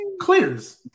Clears